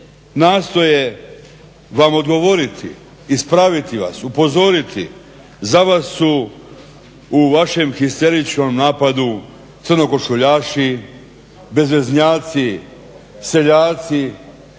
nastoje vam odgovoriti, ispraviti vas, upozoriti, za vas su u vašem histeričnom napadu crnokošuljaši, bezveznjaci, seljaci